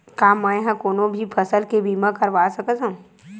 का मै ह कोनो भी फसल के बीमा करवा सकत हव?